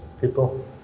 people